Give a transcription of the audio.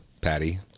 Patty